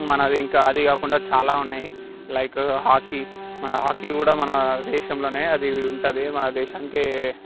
మనదింకా అది కాకుండా చాలా ఉన్నాయి లైక్ హాకీ మన హాకీ కూడా మనదేశంలోనే అది ఉంటుంది మన దేశానికి